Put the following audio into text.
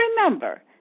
remember